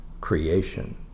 creation